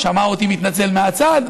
שמע אותי מתנצל מהצד,